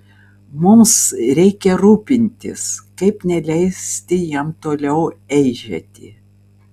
mums reikia rūpintis kaip neleisti jam toliau eižėti